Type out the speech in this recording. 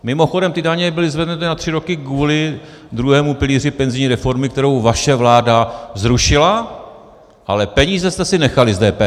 Mimochodem, ty daně byly zvednuty na tři roky kvůli druhému pilíři penzijní reformy, kterou vaše vláda zrušila, ale peníze jste si nechali z DPH.